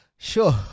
sure